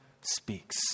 speaks